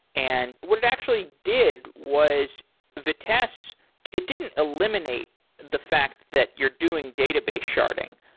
and what it actually did was vitess it didn't eliminate the fact that you're doing database sharing,